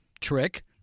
trick